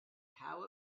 how